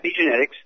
Epigenetics